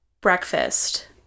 breakfast